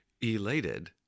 elated